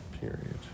period